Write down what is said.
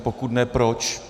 Pokud ne, proč?